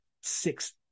six